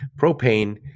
propane